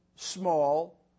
small